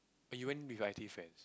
you went with your I_T friend